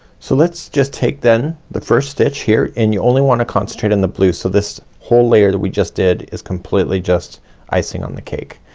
so let's just take then the first stitch here and you only wanna concentrate on and the blue. so this whole layer that we just did is completely just icing on the cake.